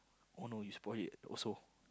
oh no you spoil it also